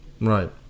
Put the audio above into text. Right